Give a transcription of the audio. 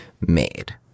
made